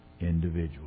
individual